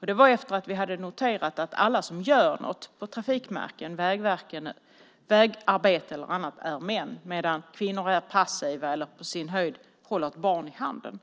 Vi hade nämligen noterat att alla som gör något på trafikmärkena, vägarbete eller annat, är män, medan kvinnor är passiva eller på sin höjd håller ett barn i handen.